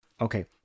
Okay